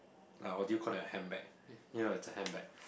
ah what do you call that a handbag ya it's a handbag